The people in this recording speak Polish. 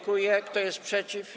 Kto jest przeciw?